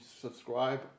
subscribe